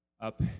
up